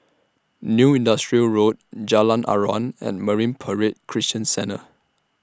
New Industrial Road Jalan Aruan and Marine Parade Christian Centre